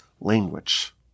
language